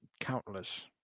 Countless